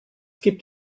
gibt